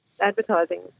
advertising